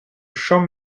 champ